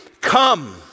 come